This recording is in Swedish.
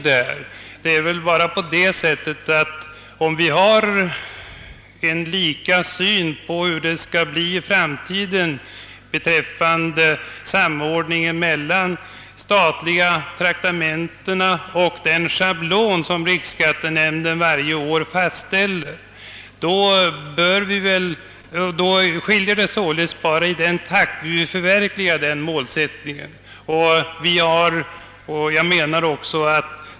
Men om vi har samma syn på hur förhållandena i framtiden skall ordnas när det gäller samordningen mellan de statliga traktamentena och den schablon som riksskattenämnden varje år fastställer, så har vi olika åsikter om i vilken takt den målsättningen bör förverkligas.